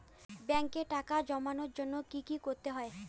ব্যাংকে টাকা জমানোর জন্য কি কি করতে হয়?